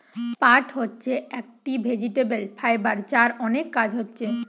পাট হচ্ছে একটি ভেজিটেবল ফাইবার যার অনেক কাজ হচ্ছে